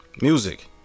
music